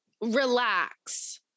Relax